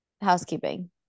housekeeping